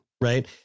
right